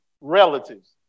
relatives